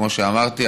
כמו שאמרתי,